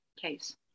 case